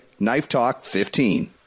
KNIFETALK15